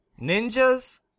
Ninjas